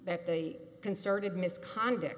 that the concerted misconduct